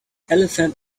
elephant